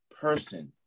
person